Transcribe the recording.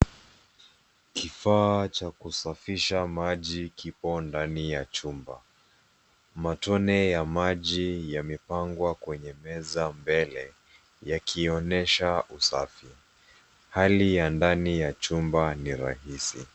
Kifaa cha kusafisha maji kipo ndani ya chumba. Matone ya maji yamepangwa kwenye meza mbele, yakionyesha usafi. Hali ya ndani ya chumba ni rahisi.